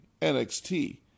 NXT